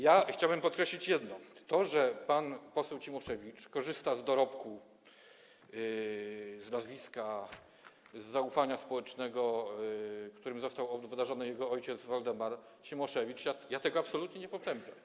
Ja chciałbym podkreślić jedno: tego, że pan poseł Cimoszewicz korzysta z dorobku, z nazwiska, z zaufania społecznego, którym został obdarzony jego ojciec Waldemar Cimoszewicz, absolutnie nie potępiam.